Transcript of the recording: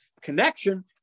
connection